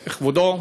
כבודו,